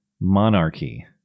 monarchy